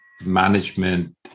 management